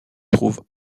trouve